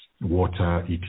water